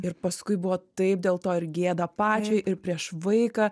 ir paskui buvo taip dėl to ir gėda pačiai ir prieš vaiką